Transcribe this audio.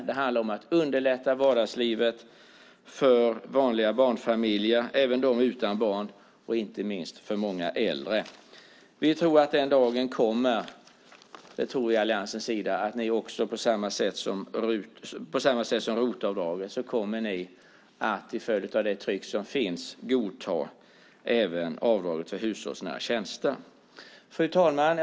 Det underlättar vardagslivet för vanliga barnfamiljer och även dem utan barn och inte minst för många äldre. Vi från alliansen tror att den dagen kommer när ni på samma sätt som för ROT-avdraget till följd av det tryck som finns kommer att godta avdrag även för hushållsnära tjänster. Fru talman!